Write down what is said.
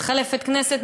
מתחלפת כנסת,